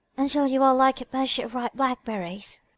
until you are like a bush of ripe blackberries.